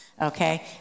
okay